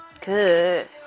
Good